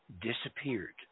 disappeared